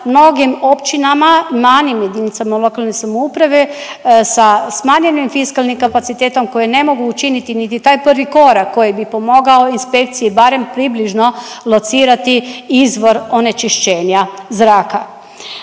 mnogim općinama manjim jedinicama lokalne samouprave sa smanjenim fiskalnim kapacitetom koji ne mogu učiniti niti taj prvi korak koji bi pomogao inspekciji barem približno locirati izvor onečišćenja zraka.